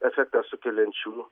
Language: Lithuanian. efektą sukeliančių